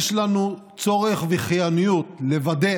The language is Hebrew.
יש לנו צורך וחיוניות לוודא